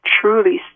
truly